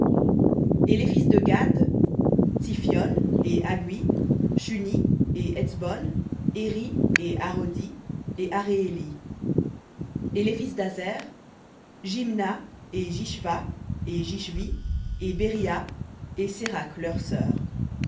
et les fils de gad tsiphion et haggui shuni et etsbon éri et arodi et areéli et les fils d'aser jimna et jishva et jishvi et beriha et sérakh leur sœur